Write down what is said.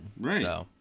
Right